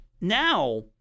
now